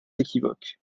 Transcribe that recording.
équivoques